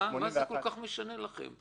מה זה כל כך משנה לכם?